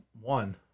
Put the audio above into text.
one